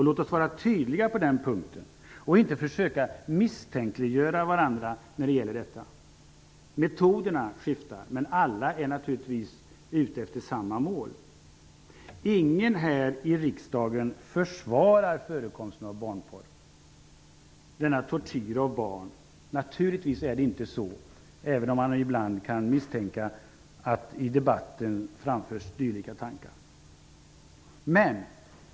Låt oss vara tydliga på den punkten! Vi skall inte försöka misstänkliggöra varandra när det gäller detta. Metoderna skiftar, men alla är naturligtvis ute efter samma mål. Ingen här i riksdagen försvarar förekomsten av barnporr -- denna tortyr av barn. Naturligtvis gör ingen det, även om man ibland kan misstänka att det framförs dylika tankar i debatten.